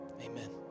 amen